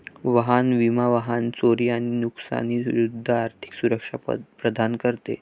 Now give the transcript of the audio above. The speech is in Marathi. वाहन विमा वाहन चोरी आणि नुकसानी विरूद्ध आर्थिक सुरक्षा प्रदान करते